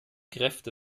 kräfte